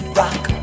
rock